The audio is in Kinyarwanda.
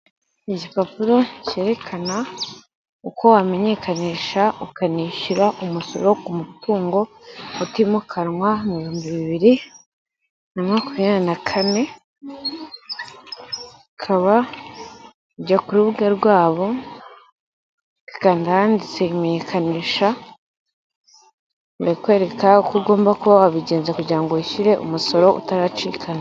Igipapuro cyerekana uko wamenyekanisha ukanishyura umusoro ku mutungo utimukanwa mu humbi bibiri makumya na kane ukaba ujya ku rubuga rwabo ugakanda ahanditse imenyekanisha bikwereka uko ugomba kuba wabigenza kugira ngo wishyure umusoro utaracikana.